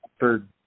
third